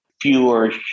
fewer